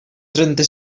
trenta